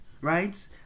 right